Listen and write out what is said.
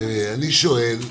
אני שואל,